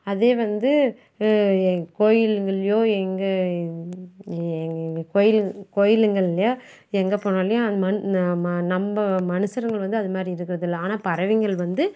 அதே வந்து கோயிலுங்கள்லேயோ இங்கே கோயில் கோயிலுங்கள்லேயோ எங்கே போனாலேயும் அந்த மண் நம்ம மனுஷருங்கள் வந்து அது மாதிரி இருக்கிறதில்ல ஆனால் பறவைங்கள் வந்து